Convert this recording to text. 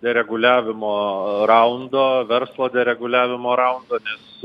reguliavimo raundo verslo dereguliavimo raundo nes